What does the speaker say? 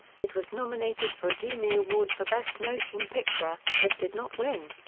it was nominated for a genie award for best motion picture, but did not win.